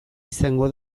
izango